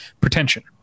pretension